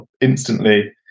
instantly